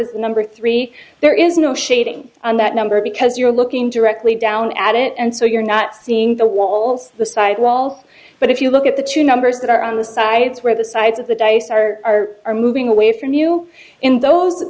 is the number three there is no shading on that number because you're looking directly down at it and so you're not seeing the walls the side wall but if you look at the two numbers that are on the side it's where the sides of the dice are are moving away from you in those